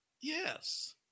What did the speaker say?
Yes